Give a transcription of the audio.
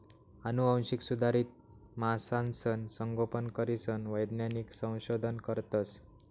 आनुवांशिक सुधारित मासासनं संगोपन करीसन वैज्ञानिक संशोधन करतस